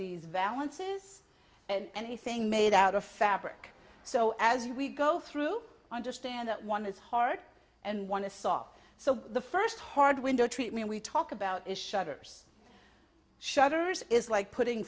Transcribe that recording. these valances and anything made out of fabric so as we go through understand that one is hard and one is soft so the first hard window treatment we talk about is shutters shutters is like putting